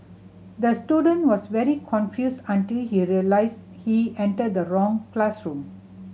the student was very confused until he realised he entered the wrong classroom